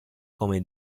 come